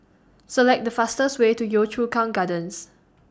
Select The fastest Way to Yio Chu Kang Gardens